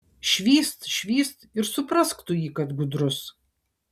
švyst švyst ir suprask tu jį kad gudrus